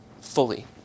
fully